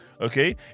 okay